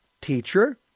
teacher